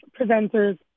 presenters